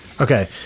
Okay